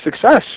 success